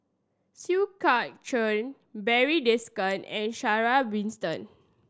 Siew Barry Desker and Sarah Winstedt